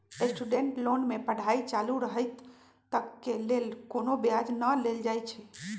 student loan में पढ़ाई चालू रहइत तक के लेल कोनो ब्याज न लेल जाइ छइ